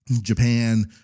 Japan